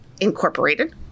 Incorporated